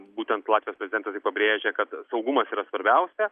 būtent latvijos prezidentas ir pabrėžia kad saugumas yra svarbiausia